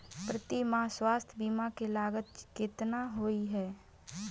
प्रति माह स्वास्थ्य बीमा केँ लागत केतना होइ है?